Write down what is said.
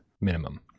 minimum